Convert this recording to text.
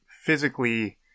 physically